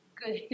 good